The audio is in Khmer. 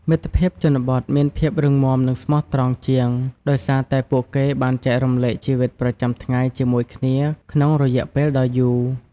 មិត្តភាពជនបទមានភាពរឹងមាំនិងស្មោះត្រង់ជាងដោយសារតែពួកគេបានចែករំលែកជីវិតប្រចាំថ្ងៃជាមួយគ្នាក្នុងរយៈពេលដ៏យូរ។